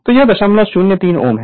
तो यह 003 Ω है